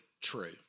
true